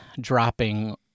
dropping